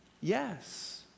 yes